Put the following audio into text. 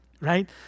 right